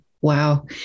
Wow